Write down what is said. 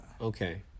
Okay